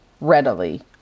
readily